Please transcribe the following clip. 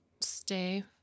stay